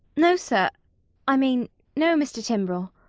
no, sir a i mean no, mr. timbrell.